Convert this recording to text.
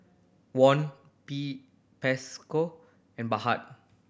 Won and Baht